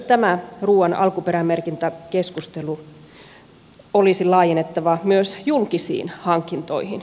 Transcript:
tämä ruuan alkuperämerkintäkeskustelu olisi laajennettava myös julkisiin hankintoihin